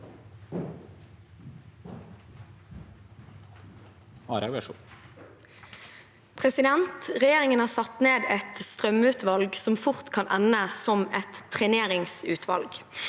Regjeringen har satt ned et strømutvalg som fort kan ende som et treneringsutvalg.